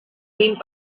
vint